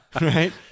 right